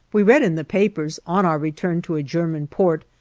we read in the papers, on our return to a german port,